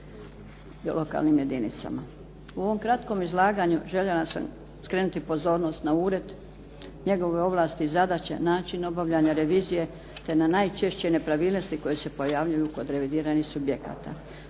U ovom kratkom izlaganju željela sam skrenuti pozornost na ured, njegove ovlasti i zadaće, način obavljanja revizije te na najčešće nepravilnosti koje se pojavljuju kod revidiranih subjekta.